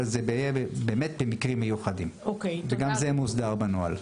אבל זה יהיה באמת במקרים מיוחדים וגם זה מוסדר בנוהל.